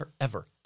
forever